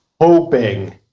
hoping